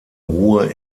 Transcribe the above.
ruhe